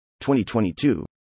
2022